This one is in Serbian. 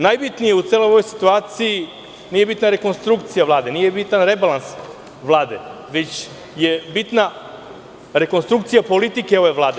Najbitnije u celoj ovoj situaciji nije bitna rekonstrukcija Vlade, nije bitan rebalans Vlade, već je bitna rekonstrukcija politike ove Vlade.